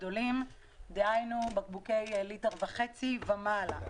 דהיינו בקבוקי ליטר וחצי ומעלה.